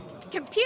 computer